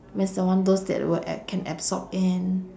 means the one those that will can absorb in